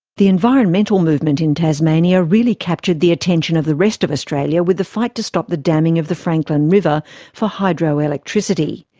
the environmental movement in tasmania really captured the attention of the rest of australia with the fight to stop the damming of the franklin river for hydroelectricity.